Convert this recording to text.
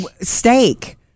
steak